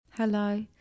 Hello